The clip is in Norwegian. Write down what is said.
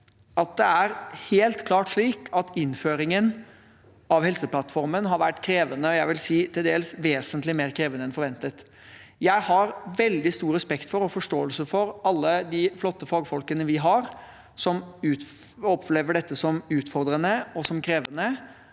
understreke at innføringen av Helseplattformen helt klart har vært krevende – jeg vil si til dels vesentlig mer krevende enn forventet. Jeg har veldig stor respekt for og forståelse for alle de flotte fagfolkene vi har som opplever dette som utfordrende og krevende,